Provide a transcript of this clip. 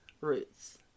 roots